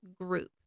group